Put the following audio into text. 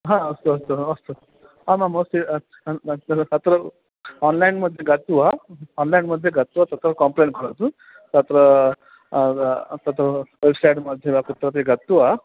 हा अस्तु अस्तु अस्तु आमाम् अस्ति अस्ति तत्र आन्लैन् मध्ये गत्वा आन्लैन् मध्ये गत्वा तत्र काम्प्लेण्ट् करोतु तत्र तत् वेब्सैट् मध्ये वा कुत्रापि गत्वा